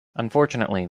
unfortunately